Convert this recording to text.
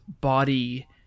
body